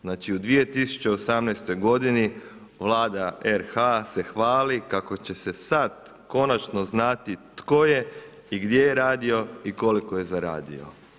Znači u 2018.g. vlada RH se hvali kako će se sada konačno znati tko je i gdje radio i koliko je zaradio.